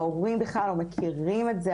ההורים בכלל לא מכירים את זה.